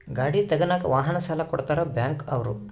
ಗಾಡಿ ತಗನಾಕ ವಾಹನ ಸಾಲ ಕೊಡ್ತಾರ ಬ್ಯಾಂಕ್ ಅವ್ರು